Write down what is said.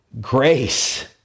grace